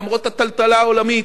למרות הטלטלה העולמית,